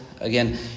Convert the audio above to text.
Again